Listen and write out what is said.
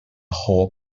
whole